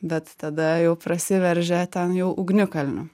bet tada jau prasiveržia ten jau ugnikalniu